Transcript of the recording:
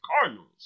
Cardinals